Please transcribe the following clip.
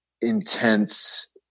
intense